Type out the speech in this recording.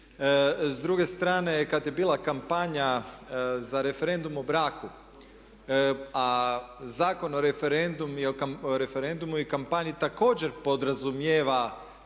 s druge strane kad je bila kampanja za referendum o braku a Zakon o referendumu i kampanji također podrazumijeva